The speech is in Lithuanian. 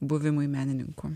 buvimui menininku